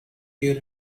pure